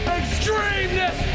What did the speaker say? extremeness